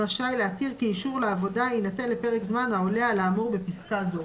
רשאי להתיר כי אישור לעבודה יינתן לפרק זמן העולה על האמור בפסקה זו.